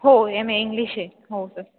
हो M A English आहे हो सर